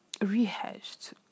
rehashed